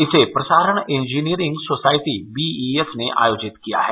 इसे प्रसारण engineering society BES ने आयोजित किया है